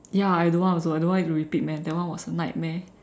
ya I don't want also I don't want it to repeat man that one was a nightmare